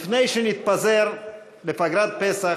לפני שנתפזר לפגרת פסח,